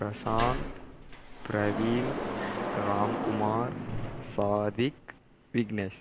Prashanth Praveen Ramkumar Sadiq Vignesh